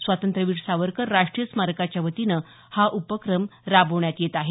स्वातंत्र्यवीर सावरकर राष्ट्रीय स्मारकाच्या वतीने हा उपक्रम राबविण्यात येत आहे